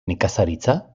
nekazaritza